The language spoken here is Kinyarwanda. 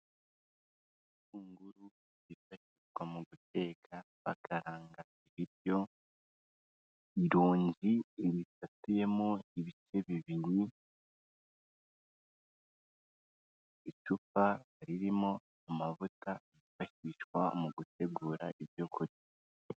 Ibitunguru byifashishwa mu guteka, bakaranga ibiryo, ironji risatuyemo ibice bibiri, icupa ririmo amavuta, yifashishwa mu gutegura ibyo kurya.